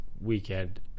weekend